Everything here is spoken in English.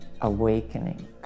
awakening